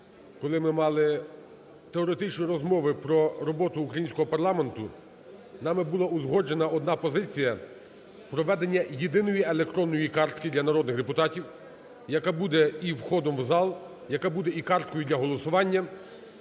коли ми мали теоретичні розмови про роботу українського парламенту, нами була узгоджена одна позиція – про введення єдиної електронної картки для народних депутатів, яка буде і входом в зал, яка буде і карткою для голосування.